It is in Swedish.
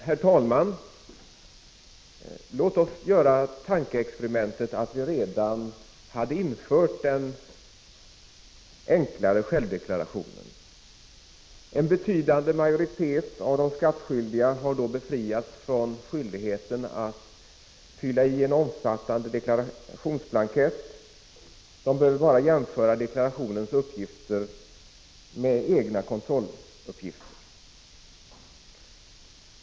Herr talman! Låt oss göra tankeexperimentet att vi redan infört den enklare självdeklarationen. En betydande majoritet av de skattskyldiga har då befriats från skyldigheten att fylla i en omfattande deklarationsblankett. De behöver bara jämföra deklarationsformulärets uppgifter med sina egna kontrolluppgifter.